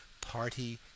party